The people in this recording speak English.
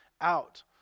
out